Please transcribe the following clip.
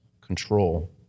control